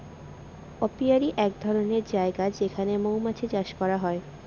apiary এক ধরনের জায়গা যেখানে মৌমাছি চাষ করা হয়